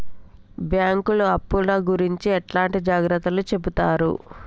బ్యాంకులు అప్పుల గురించి ఎట్లాంటి జాగ్రత్తలు చెబుతరు?